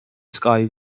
sky